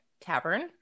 tavern